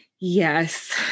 yes